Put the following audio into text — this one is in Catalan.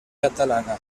catalana